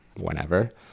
whenever